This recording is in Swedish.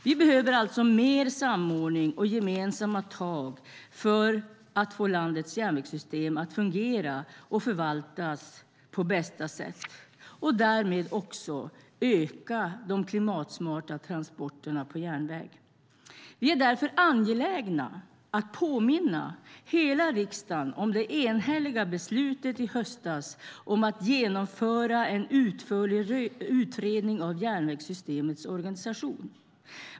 Vi behöver alltså mer samordning och gemensamma tag för att få landets järnvägssystem att fungera och förvaltas på bästa sätt och därmed också öka de klimatsmarta transporterna på järnväg. Vi är därför angelägna om att påminna hela riksdagen om det enhälliga beslutet i höstas om att genomföra en utförlig utredning av järnvägssystemets organisation.